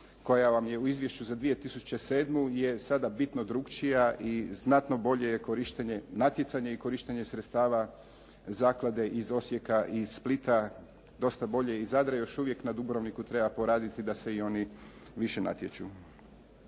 koja vam je u izvješću za 2007. je sada bitno drukčija i znatno bolje je natjecanje i korištenje sredstava zaklade iz Osijeka i Splita, dosta bolje iz Zadra. Još uvijek na Dubrovniku treba poraditi da se i oni više natječu.